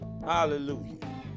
Hallelujah